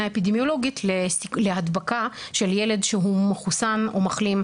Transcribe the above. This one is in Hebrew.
אפידמיולוגית להדבקה של ילד שהוא מחוסן או מחלים,